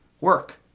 Work